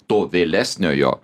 to vėlesniojo